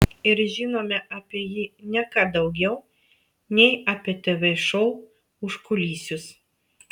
ir žinome apie jį ne ką daugiau nei apie tv šou užkulisius